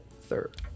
third